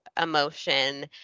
emotion